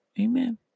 Amen